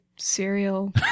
Cereal